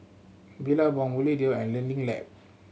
Billabong Bluedio and Learning Lab